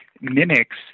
mimics